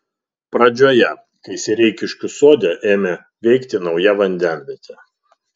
pradžioje kai sereikiškių sode ėmė veikti nauja vandenvietė